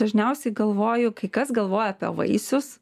dažniausiai galvoju kai kas galvoja apie vaisius